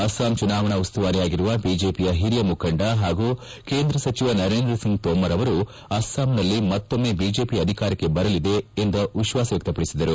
ಅಸ್ಲಾಂ ಚುನಾವಣಾ ಉಸ್ತುವಾರಿಯಾಗಿರುವ ಬಿಜೆಪಿಯ ಹಿರಿಯ ಮುಖಂಡ ಹಾಗೂ ಕೇಂದ್ರ ಸಚಿವ ನರೇಂದ್ರ ಸಿಂಗ್ ಕೋಮರ್ ಅವರು ಅಸ್ಸಾಂನಲ್ಲಿ ಮತ್ತೊಮ್ಮೆ ಬಿಜೆಪಿ ಅಧಿಕಾರಕ್ಕೆ ಬರಲಿದೆ ಎಂದು ಹೇಳಿದ್ದಾರೆ